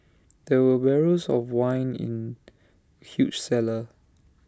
there were of wine in huge cellar